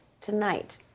tonight